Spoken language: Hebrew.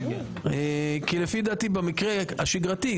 לפי דעתי במקרה השגרתי,